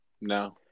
No